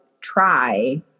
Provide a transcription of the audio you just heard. try